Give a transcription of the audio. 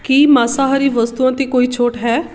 ਕੀ ਮਾਸਾਹਾਰੀ ਵਸਤੂਆਂ 'ਤੇ ਕੋਈ ਛੋਟ ਹੈ